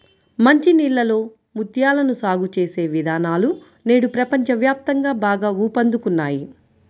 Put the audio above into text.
మంచి నీళ్ళలో ముత్యాలను సాగు చేసే విధానాలు నేడు ప్రపంచ వ్యాప్తంగా బాగా ఊపందుకున్నాయి